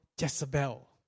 Jezebel